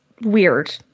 weird